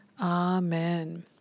Amen